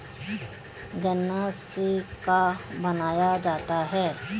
गान्ना से का बनाया जाता है?